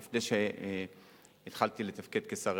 עוד לפני שהתחלתי לתפקד כשר הרווחה.